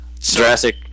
Jurassic